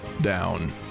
down